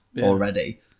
already